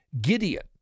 Gideon